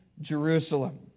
Jerusalem